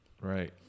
Right